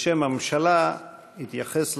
בשם הממשלה יתייחס לדברים,